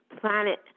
planet